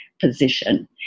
position